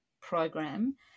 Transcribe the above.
program